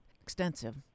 extensive